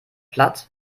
platt